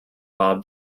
bob